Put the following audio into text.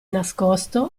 nascosto